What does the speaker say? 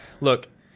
Look